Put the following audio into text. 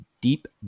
deep